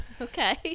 okay